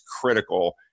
critical